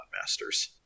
Masters